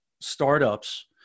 startups